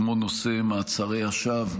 כמו נושא מעצרי השווא,